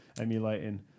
emulating